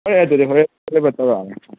ꯍꯣꯏ ꯑꯗꯨꯗꯤ ꯍꯣꯔꯦꯟ ꯗꯤꯂꯤꯚꯔ ꯇꯧꯔꯛꯑꯒꯦ